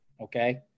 Okay